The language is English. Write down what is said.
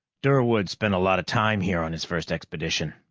durwood spent a lot of time here on his first expedition,